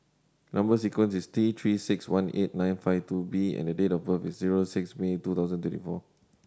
number sequence is T Three Six One eight nine five two B and date of birth is zero six May two thousand twenty four